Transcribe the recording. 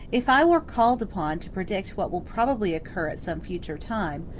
if i were called upon to predict what will probably occur at some future time,